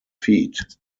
feet